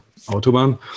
autobahn